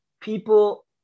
people